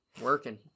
working